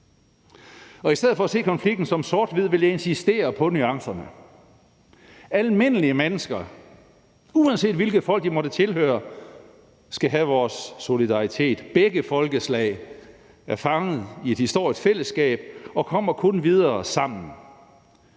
I stedet for at se konflikten som sort-hvid vil jeg insistere på nuancerne. Almindelige mennesker, uanset hvilket folk de måtte tilhøre, skal have vores solidaritet. Begge folkeslag er fanget i et historisk fællesskab og kommer kun videre sammen.